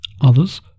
Others